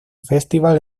festival